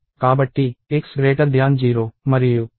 కాబట్టి x 0 మరియు x3